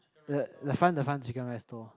the the front the front chicken rice stall